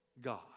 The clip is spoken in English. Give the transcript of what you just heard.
God